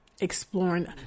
exploring